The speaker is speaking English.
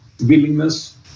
willingness